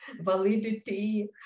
validity